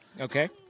Okay